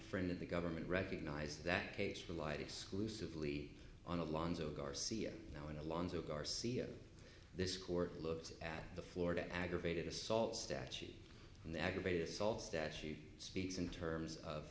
friend of the government recognizes that case for light exclusively on alonzo garcia now in alonzo garcia this court looks at the florida aggravated assault statute and the aggravated assault statute speaks in terms of